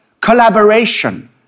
collaboration